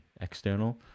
external